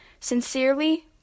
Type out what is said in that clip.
Sincerely